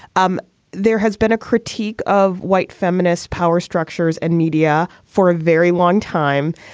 um there has been a critique of white feminist power structures and media for a very long time.